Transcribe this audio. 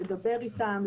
לדבר איתם,